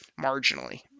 marginally